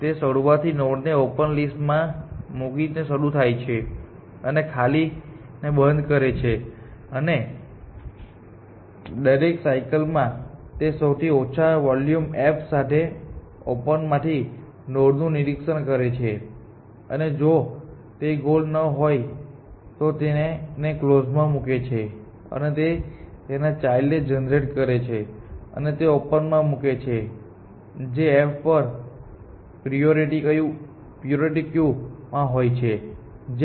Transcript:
તે શરૂઆતની નોડને ઓપન લિસ્ટ માં મૂકીને શરૂ થાય છે અને ખાલી ને બંધ કરે છે અને દરેક સાયકલમાં તે સૌથી ઓછા વોલ્યુમ f સાથે ઓપન માંથી નોડનું નિરીક્ષણ કરે છે અને જો તે ગોલ ન હોય તો તે તેને કલોઝ માં મૂકે છે અને તેના ચાઈલ્ડ ને જનરેટ કરે છે અને ઓપન માં મૂકે છે જે f પર પ્રીયોરીટી ક્યુ માં હોય છે